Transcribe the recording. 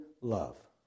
love